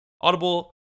Audible